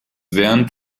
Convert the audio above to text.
während